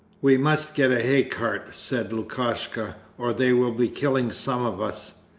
we must get a hay-cart said lukashka, or they will be killing some of us.